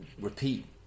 repeat